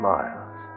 miles